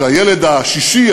שהילד השישי,